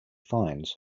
finds